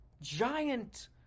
giant